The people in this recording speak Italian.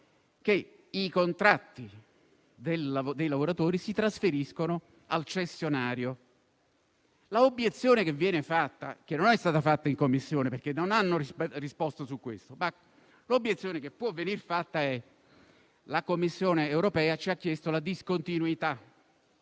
che i contratti dei lavoratori si trasferiscano al cessionario. L'obiezione che può essere fatta - e che non è stata fatta in Commissione, perché non hanno risposto su questo - è che la Commissione europea ci ha chiesto la discontinuità.